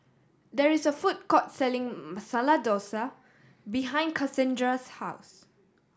there is a food court selling Masala Dosa behind Cassandra's house